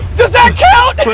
does that count?